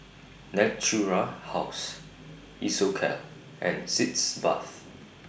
Natura House Isocal and Sitz Bath